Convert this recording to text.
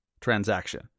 transaction